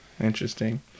Interesting